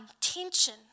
tension